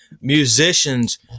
musicians